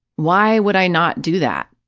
why would i not do that,